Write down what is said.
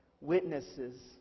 witnesses